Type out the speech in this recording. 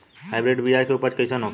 Hybrid बीया के उपज कैसन होखे ला?